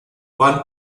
one